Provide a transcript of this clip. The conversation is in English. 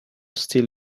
still